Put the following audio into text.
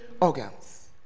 organs